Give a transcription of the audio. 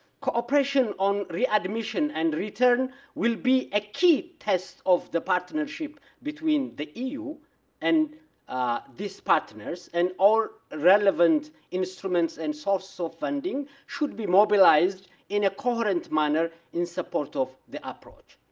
cooperation on readmission and return will be a key test of the partnership between the eu and this partners. and all relevant instruments and sources so of so funding should be mobilized in a coherent manner in support of the approach.